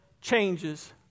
changes